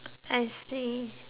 I see